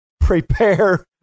prepare